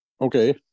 Okay